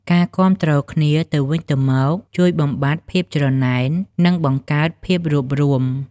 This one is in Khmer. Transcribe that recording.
ការគាំទ្រគ្នាទៅវិញទៅមកជួយបំបាត់ភាពច្រណែន និងបង្កើតភាពរួបរួម។